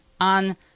on